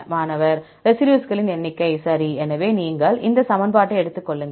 மாணவர் ரெசிடியூஸ்களின் எண்ணிக்கை சரி எனவே நீங்கள் இந்த சமன்பாட்டை எடுத்துக் கொள்ளுங்கள்